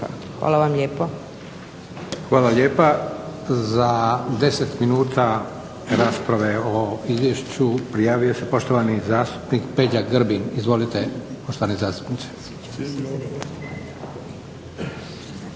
Hvala vam lijepo.